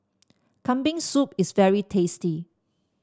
Kambing Soup is very tasty